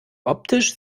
optisch